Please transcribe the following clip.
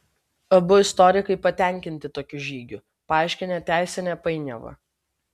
abu istorikai patenkinti tokiu žygiu paaiškinę teisinę painiavą